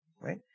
Right